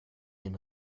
den